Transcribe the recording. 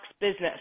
business